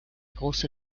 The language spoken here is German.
große